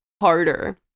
harder